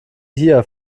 hier